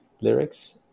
lyrics